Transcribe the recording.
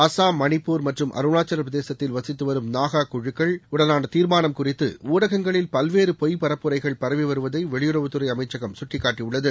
அஸ்ஸாம் மணிப்பூர் மற்றும் அருணாச்சலப்பிரதேசத்தில் வசித்து வரும் நாகா குழுக்கள் உடனாள தீர்மாளம் குறித்து ஊடகங்களில் பல்வேறு பொய் பரப்புரைகள் பரவி வருவதை வெளியுறவத்துறை அமைச்சகம் சுட்டிக்காட்டியுள்ளது